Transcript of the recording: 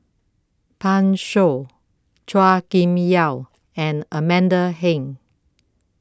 Pan Shou Chua Kim Yeow and Amanda Heng